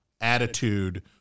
attitude